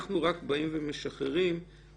אנחנו רק באים ומשחררים את